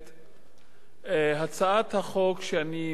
הצעת החוק שאני מביא היום,